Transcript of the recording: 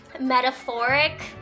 metaphoric